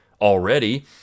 already